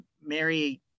Mary